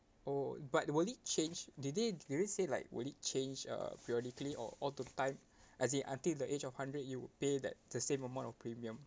oh but will it change did they did they say like will it change uh periodically or all the time as in until the age of hundred you'd pay that the same amount of premium